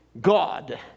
God